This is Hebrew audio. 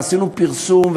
ועשינו פרסום,